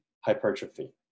hypertrophy